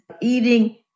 Eating